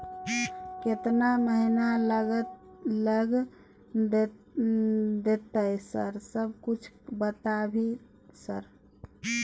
केतना महीना लग देतै सर समय कुछ बता भी सर?